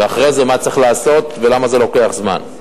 ואחרי זה מה צריך לעשות ולמה זה לוקח זמן.